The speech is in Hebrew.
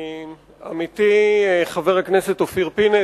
עמיתי חבר הכנסת אופיר פינס,